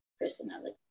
personality